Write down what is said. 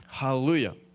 Hallelujah